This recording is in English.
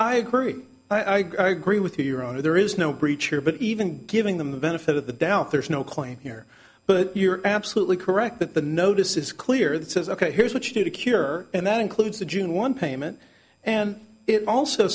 i agree i agree with you your honor there is no breach here but even giving them the benefit of the doubt there is no claim here but you're absolutely correct that the notice is clear that says ok here's what you do to cure and that includes the june one payment and it also